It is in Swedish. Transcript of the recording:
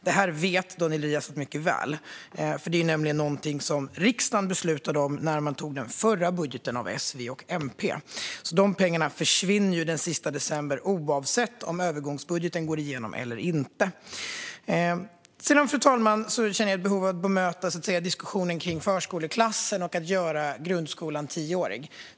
Detta vet Daniel Riazat mycket väl, för det är något som riksdagen beslutade när man antog den förra budgeten från S, V och MP. De pengarna försvinner alltså den sista december oavsett om övergångsbudgeten går igenom eller inte. Sedan känner jag ett behov av att bemöta diskussionen om förskoleklassen och att göra grundskolan tioårig.